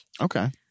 Okay